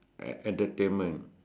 e~ entertainment